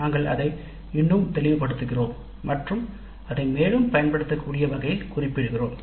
நாங்கள் அதை இன்னும் தெளிவுபடுத்துகிறோம் மற்றும் அதை மேலும் பயன்படுத்தக்கூடிய வகையில் குறிப்பிடுகிறோம்